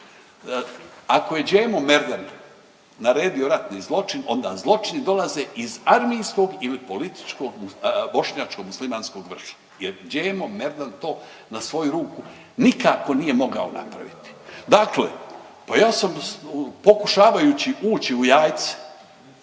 ako je Džemo Merdan naredio ratni zločin onda zločini dolaze iz armijskog ili političko-bošnjačko-muslimanskog vrha, jer Džemo Merdan to na svoju ruku nikako nije mogao napraviti. Dakle, pa ja sam pokušavajući ući u Jajce